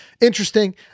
interesting